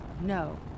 No